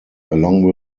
along